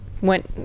went